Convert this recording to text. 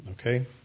Okay